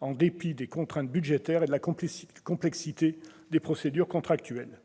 en dépit des contraintes budgétaires et de la complexité des procédures contractuelles.